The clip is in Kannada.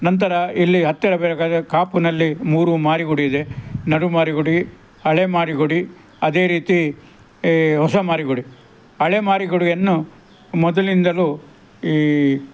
ನಂತರ ಇಲ್ಲಿ ಹತ್ತಿರ ಬೇಕಾದ್ರೆ ಕಾಪುನಲ್ಲಿ ಮೂರು ಮಾರಿಗುಡಿ ಇದೆ ನಡು ಮಾರಿಗುಡಿ ಹಳೆಯ ಮಾರಿಗುಡಿ ಅದೇ ರೀತಿ ಈ ಹೊಸ ಮಾರಿಗುಡಿ ಹಳೆ ಮಾರಿಗುಡಿಯನ್ನು ಮೊದಲಿಂದಲು ಈ